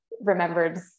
remembered